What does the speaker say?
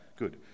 Good